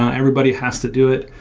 ah everybody has to do it.